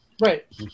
right